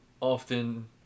often